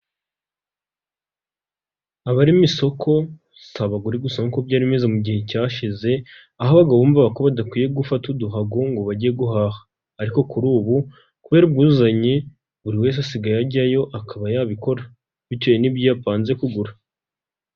Abarema isoko si abagore gusa nk'uko byari bimeze mu gihe cyashize, aho abagabo bumva ko badakwiye gufata uduhago ngo bajye guhaha, ariko kuri ubu kubera ubwuzuzanye buri wese asigaye ajyayo akaba yabikora bitewe n'ibyo yapanze kugura.